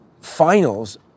finals